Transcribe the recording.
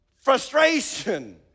Frustration